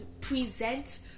present